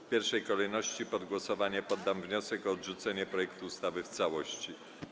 W pierwszej kolejności pod głosowanie poddam wniosek o odrzucenie projektu ustawy w całości.